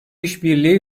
işbirliği